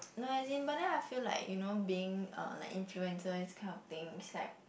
no as in but then I feel like you know being uh like influencer these kind of thing is like